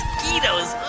mosquitoes.